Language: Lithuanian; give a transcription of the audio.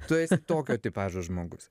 tu esi tokio tipažo žmogus